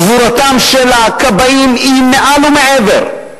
גבורתם של הכבאים היא מעל ומעבר.